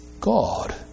God